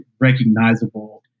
recognizable